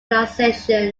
organisation